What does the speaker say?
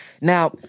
Now